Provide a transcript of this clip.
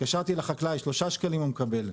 התקשרתי לחקלאי שלושה שקלים הוא מקבל,